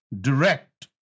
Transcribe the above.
direct